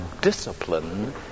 discipline